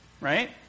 Right